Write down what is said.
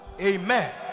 Amen